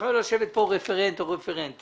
יכלה לשבת כאן רפרנטית או רפרנט